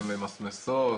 הן ממסמסות,